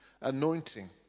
anointing